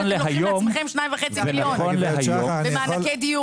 כשאתם לוקחים לעצמכם 2.5 מיליון למענקי דיור.